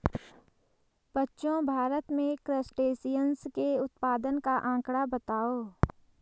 बच्चों भारत में क्रस्टेशियंस के उत्पादन का आंकड़ा बताओ?